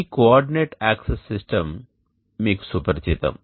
ఈ coordinate axis system మీకు సుపరిచితం